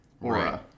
aura